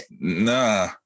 Nah